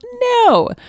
no